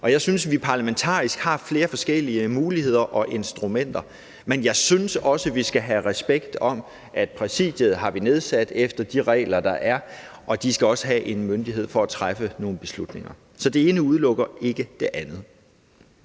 og jeg synes, at vi parlamentarisk har flere forskellige muligheder og instrumenter. Men jeg synes også, at vi skal have respekt om, at vi har nedsat Præsidiet efter de regler, der er, og de skal også have myndighed i forhold til at træffe nogle beslutninger. Så det ene udelukker ikke det andet.